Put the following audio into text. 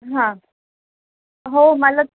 हां हो मला